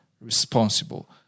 responsible